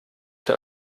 der